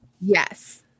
Yes